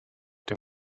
dem